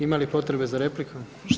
Ima li potrebe za replikom?